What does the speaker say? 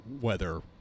weather